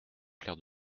clair